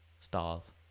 stars